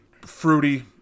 fruity